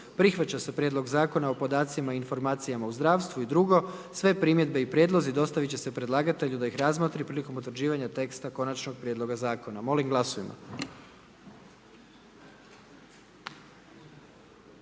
prihvaća se Prijedlog Zakona o vinu i drugo, sve primjedbe i prijedlozi dostavit će se predlagatelju da ih razmotri prilikom utvrđivanja teksta konačnog prijedloga zakona, molim glasujmo.